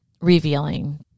revealing